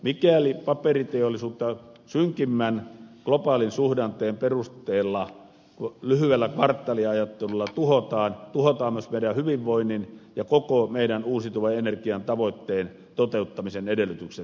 mikäli paperiteollisuutta synkimmän globaalin suhdanteen perusteella lyhyellä kvartaaliajattelulla tuhotaan tuhotaan myös meidän hyvinvointimme ja koko meidän uusiutuvan energian tavoitteemme toteuttamisen edellytykset